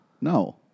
No